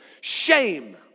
Shame